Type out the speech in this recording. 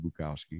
Bukowski